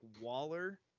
Waller